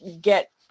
get